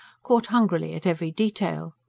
caught hungrily at every detail.